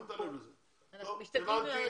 הבנתי.